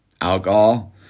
alcohol